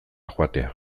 joatea